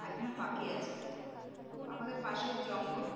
এক ধরনের পাখি আছে আমাদের পাশের জঙ্গল